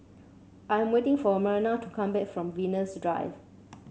I am waiting for Myrna to come back from Venus Drive